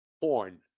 porn